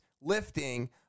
lifting